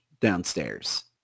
downstairs